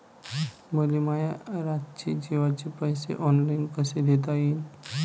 मले माया रातचे जेवाचे पैसे ऑनलाईन कसे देता येईन?